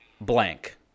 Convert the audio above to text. blank